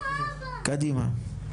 קדימה.